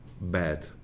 bad